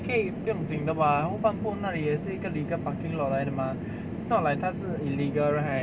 你可以不用紧的 [what] 后半部那里也是一个 legal parking lot 来的 mah it's not like 它是 illegal right